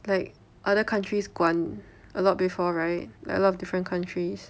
like other countries 管 a lot before right like a lot of different countries